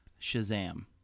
Shazam